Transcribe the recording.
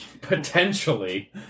potentially